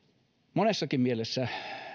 monessakin mielessä